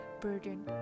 burden